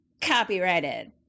Copyrighted